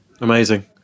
Amazing